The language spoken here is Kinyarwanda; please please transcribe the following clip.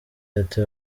ati